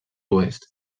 oest